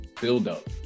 buildup